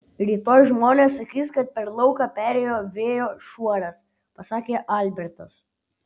rytoj žmonės sakys kad per lauką perėjo vėjo šuoras pasakė albertas